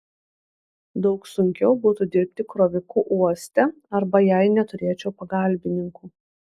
daug sunkiau būtų dirbti kroviku uoste arba jei neturėčiau pagalbininkų